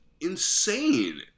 insane